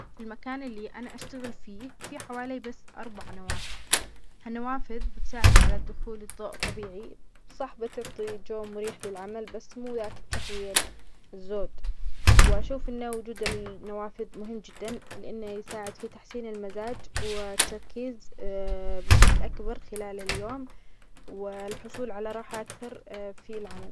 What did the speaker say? في المكان اللي أنا أشتغل فيه، فيه حوالي بس أربع نوافذ. هالنوافذ بتساعد على دخول الضوء طبيعي، صح بتعطي جو مريح للعمل بس مو ياك التهويه الزود. وأشوف إنه وجود ال-النوافذ مهم جداً لإنه يساعد في تحسين المزاج والتركيز بشكل أكبر خلال اليوم والحصول على راحة أكثر في العمل.